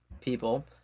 people